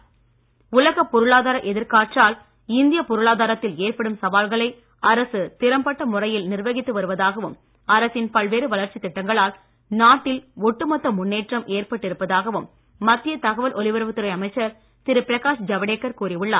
ஜவடேகர் உலகப் பொருளாதார எதிர்காற்றால் இந்திய பொருளாதாரத்தில் ஏற்படும் சவால்களை அரசு திறம்பட்ட முறையில் நிர்வகித்து வருவதாகவும் அரசின் பல்வேறு வளர்ச்சித் திட்டங்களால் நாட்டில் ஒட்டு மொத்த முன்னேற்றம் ஏற்பட்டு இருப்பதாகவும் மத்திய தகவல் ஒலிபரப்புத் துறை அமைச்சர் திரு பிரகாஷ் ஜவடேகர் கூறி உள்ளார்